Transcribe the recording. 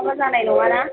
नङाबा जानाय नङा ना